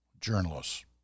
journalists